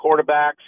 quarterbacks